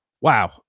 wow